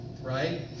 right